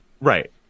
Right